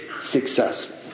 successful